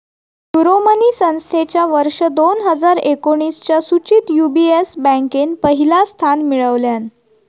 Euromoney संस्थेच्या वर्ष दोन हजार एकोणीसच्या सुचीत यू.बी.एस बँकेन पहिला स्थान मिळवल्यान